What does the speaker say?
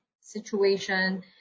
situation